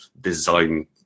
design